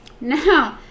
Now